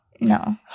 no